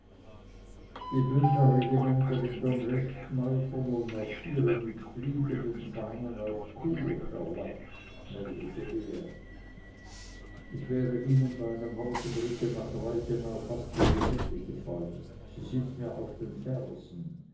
domleschg meutern und marschieren mit fliegenden fahnen auf chur erlaucht meldete er ich wäre ihnen bei einem morgenritte nach reichenau fast in die hände gefallen sie sind mir auf den fersen